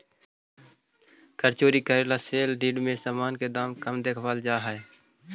कर चोरी करे ला सेल डीड में सामान के दाम कम देखावल जा हई